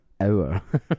hour